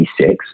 six